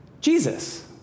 Jesus